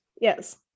yes